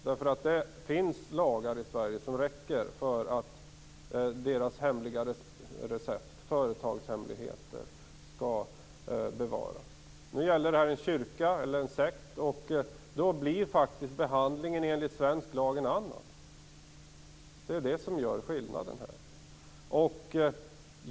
Det finns lagar i Sverige som räcker för att deras hemliga recept, alltså företagshemligheter, skall bevaras. Nu gäller det här en kyrka, eller en sekt. Då blir faktiskt behandlingen enligt svensk lag en annan. Det är det som gör skillnaden här.